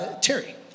Terry